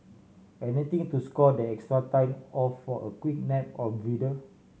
anything to score that extra time off for a quick nap or breather